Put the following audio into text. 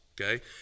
Okay